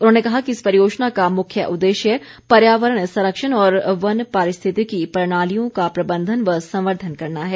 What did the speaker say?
उन्होंने कहा कि इस परियोजना का मुख्य उद्ेश्य पर्यावरण संरक्षण और वन पारिस्थितिकी प्रणालियों का प्रबंधन व संवर्धन करना है